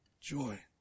joy